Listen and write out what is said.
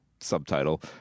subtitle